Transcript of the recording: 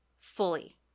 fully